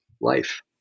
life